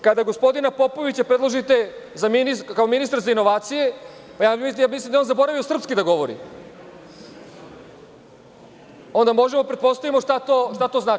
Kada gospodina Popovića predložite kao ministra za inovacije, pa ja mislim da je on zaboravio srpski da govori, onda možemo da pretpostavimo šta to znači.